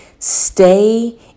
Stay